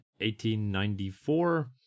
1894